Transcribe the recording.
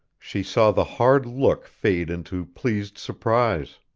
she saw the hard look fade into pleased surprise.